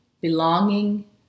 belonging